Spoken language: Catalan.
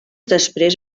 després